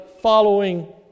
following